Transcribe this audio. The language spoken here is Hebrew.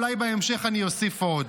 אולי בהמשך אני אוסיף עוד.